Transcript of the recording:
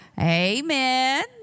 Amen